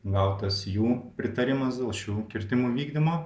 gautas jų pritarimas dėl šių kirtimų vykdymo